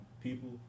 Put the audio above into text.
people